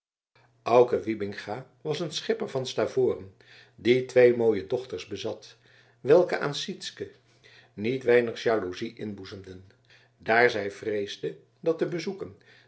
auke wybinga was een schipper van stavoren die twee mooie dochters bezat welke aan sytsken niet weinig jaloezie inboezemden daar zij vreesde dat de bezoeken